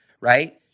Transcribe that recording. right